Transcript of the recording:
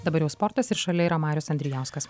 dabar jau sportas ir šalia yra marius andrijauskas